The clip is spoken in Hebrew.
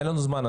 אין לנו זמן.